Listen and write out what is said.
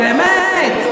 באמת.